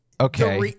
Okay